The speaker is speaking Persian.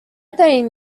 دارین